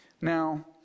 Now